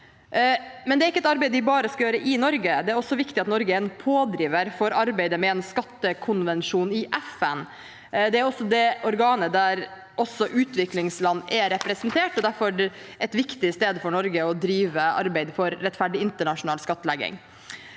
Men det er ikke et arbeid vi bare skal gjøre i Norge. Det er også viktig at Norge er en pådriver for arbeidet med en skattekonvensjon i FN. Det er det organet der også utviklingsland er representert, og det er derfor et viktig sted for Norge å drive arbeid for rettferdig internasjonal skattlegging.